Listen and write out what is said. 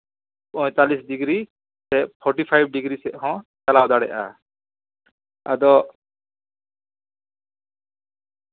ᱯᱚᱸᱭᱛᱟᱞᱞᱤᱥ degree ᱥᱮ forty five degree ᱥᱮᱫ ᱦᱚᱸ ᱪᱟᱞᱟᱣ ᱫᱟᱲᱮᱭᱟᱜᱼᱟ ᱟᱫᱚ